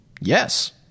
yes